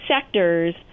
sectors